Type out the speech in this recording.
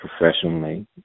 professionally